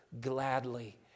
gladly